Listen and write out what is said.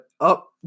up